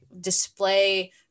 display